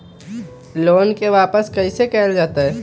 Loan के वापस कैसे कैल जतय?